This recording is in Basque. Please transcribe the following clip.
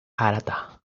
harata